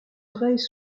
oreilles